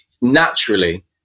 naturally